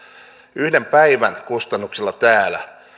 yhden päivän kustannuksilla täällä